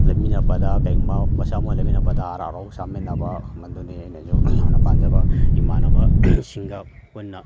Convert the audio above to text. ꯂꯩꯃꯤꯟꯅꯔꯛꯄꯗ ꯀꯩꯒꯨꯝꯕ ꯄꯣꯠꯁꯛ ꯑꯃ ꯂꯩꯃꯤꯟꯅꯔꯛꯄꯗ ꯍꯔꯥꯎ ꯍꯔꯥꯎ ꯆꯥꯃꯤꯟꯅꯕ ꯃꯗꯨꯅꯤ ꯑꯩꯅꯁꯨ ꯌꯥꯝꯅ ꯄꯥꯝꯖꯕ ꯏꯃꯥꯟꯅꯕꯁꯤꯡꯒ ꯄꯨꯟꯅ